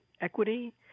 equity